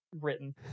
written